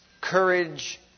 Courage